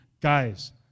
guys